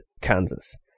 Kansas